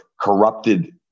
corrupted